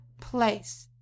place